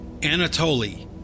Anatoly